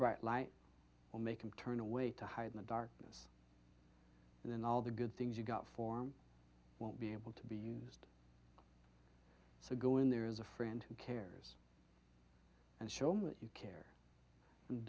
bright light will make him turn away to hide in the darkness and then all the good things you got form won't be able to be used so go in there is a friend who cares and show me that you care and